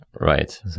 Right